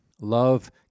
Love